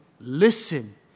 listen